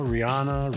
Rihanna